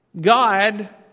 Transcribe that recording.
God